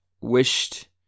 wished